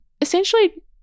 essentially